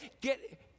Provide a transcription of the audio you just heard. Get